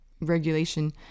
regulation